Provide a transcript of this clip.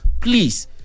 Please